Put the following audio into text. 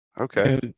Okay